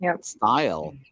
style